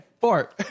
four